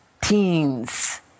teens